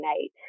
night